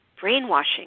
brainwashing